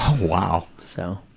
ah wow. so,